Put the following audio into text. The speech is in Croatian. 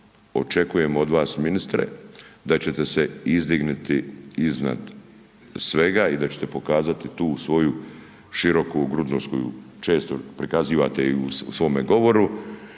očekujemo od vas ministre da ćete se izdignuti iznad svega i da ćete pokazati tu svoju širokogrudnost koju često prikazujete i u svome govoru.